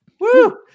Woo